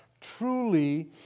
truly